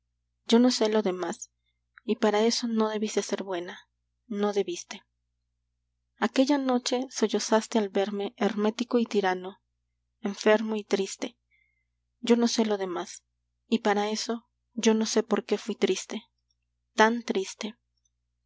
yo no sé lo demás y para eso no debiste ser buena no debiste aquella noche sollozaste al verme hermético y tirano enfermo y triste yo no sé lo demás y para eso yo no sé porqué fui triste tan triste